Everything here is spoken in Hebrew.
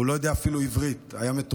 הוא אפילו לא יודע עברית, היה מתורגמן.